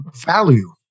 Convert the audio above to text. value